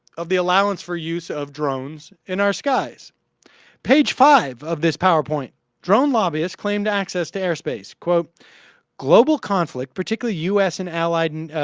of the allowance for use of drones in our skies page five of this powerpoint drone lobbyist claimed accessed airspace quote global conflict particularly u s and allied and